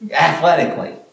athletically